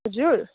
हजुर